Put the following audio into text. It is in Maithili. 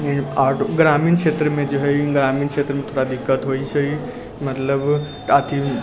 आ ग्रामीण क्षेत्रमे जे हइ ग्रामीण क्षेत्रमे थोड़ा दिक्कत होइत छै मतलब अथी